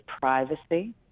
privacy